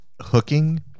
hooking